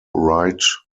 right